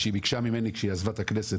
היא ביקשה ממני לקדם אותה כשהיא עזבה את הכנסת.